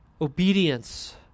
obedience